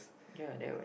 ya that